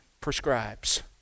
prescribes